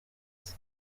ati